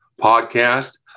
Podcast